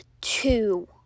two